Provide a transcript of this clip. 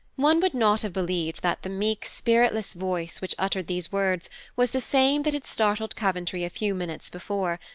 one would not have believed that the meek, spiritless voice which uttered these words was the same that had startled coventry a few minutes before,